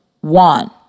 One